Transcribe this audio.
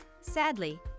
Sadly